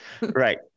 right